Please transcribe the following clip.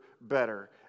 better